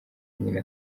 nyina